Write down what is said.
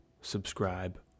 subscribe